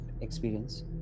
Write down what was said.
experience